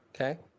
Okay